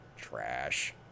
trash